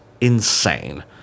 insane